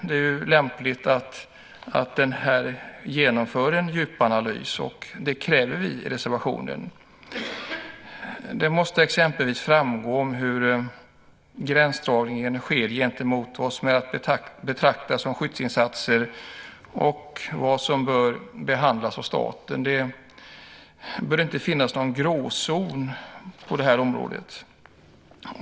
Det är lämpligt att man genomför en djupanalys. Det kräver vi i reservationen. Det måste exempelvis framgå hur gränsdragningen ska ske gentemot vad som är att betrakta som skyddsinsatser och ska bekostas av staten. Det bör inte finnas någon gråzon på det här området.